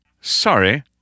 Sorry